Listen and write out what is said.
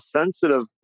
sensitive